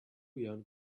young